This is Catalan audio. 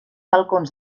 balcons